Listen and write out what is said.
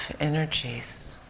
energies